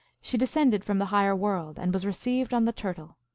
she descended from the higher world, and was received on the turtle.